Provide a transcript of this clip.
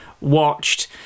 watched